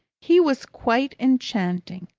he was quite enchanting.